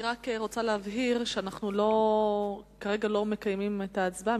אני רק רוצה להבהיר שאנחנו לא מקיימים כרגע את ההצבעה,